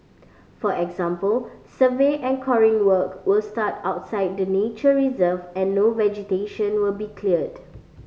for example survey and coring work were start outside the nature reserve and no vegetation will be cleared